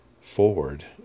forward